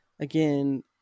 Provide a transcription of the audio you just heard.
Again